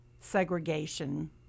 segregation